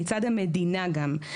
מצד המדינה גם.